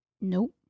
nope